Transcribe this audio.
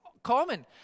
common